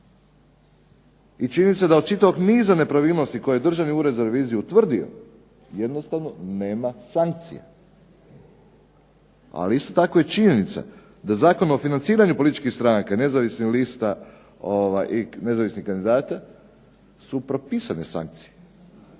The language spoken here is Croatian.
I činjenica da od čitavog niza nepravilnosti koje je Državni ured za reviziju utvrdio jednostavno nema sankcija. Ali isto tako je i činjenica da Zakon o financiranju političkih stranaka i nezavisnih lista i nezavisnih kandidata su propisane sankcije.